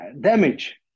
Damage